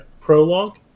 prologue